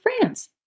france